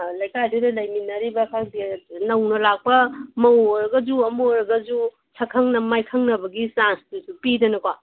ꯂꯩꯀꯥꯏꯗꯨꯗ ꯂꯩꯃꯤꯟꯅꯔꯤꯕ ꯈꯪꯗꯦ ꯅꯧꯅ ꯂꯥꯛꯄ ꯃꯧ ꯑꯣꯏꯔꯒꯁꯨ ꯑꯃ ꯑꯣꯏꯔꯒꯁꯨ ꯁꯛꯈꯪ ꯃꯥꯏꯈꯪꯅꯕꯒꯤ ꯆꯥꯟꯁꯇꯨꯁꯨ ꯄꯤꯗꯅꯀꯣ